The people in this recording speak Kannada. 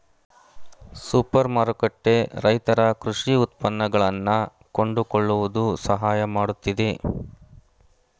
ಸೂಪರ್ ಮಾರುಕಟ್ಟೆ ರೈತರ ಕೃಷಿ ಉತ್ಪನ್ನಗಳನ್ನಾ ಕೊಂಡುಕೊಳ್ಳುವುದು ಸಹಾಯ ಮಾಡುತ್ತಿದೆ